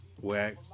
Whack